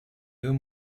deux